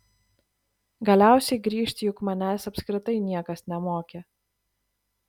galiausiai grįžt juk manęs apskritai niekas nemokė